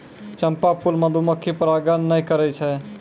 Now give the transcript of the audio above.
चंपा फूल मधुमक्खी परागण नै करै छै